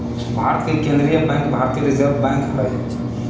भारत के केंद्रीय बैंक भारतीय रिजर्व बैंक हइ